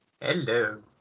Hello